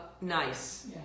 nice